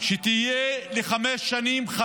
שתהיה לחמש שנים.